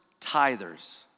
tithers